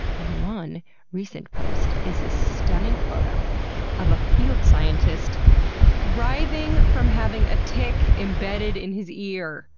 and one recent post is a stunning photo of a field scientist writhing from having a tick embedded in his ear!